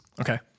Okay